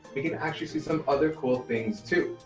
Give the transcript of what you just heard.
we can actually see some other cool things too.